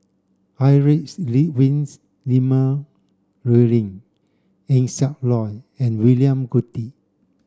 Heinrich Ludwig Emil Luering Eng Siak Loy and William Goode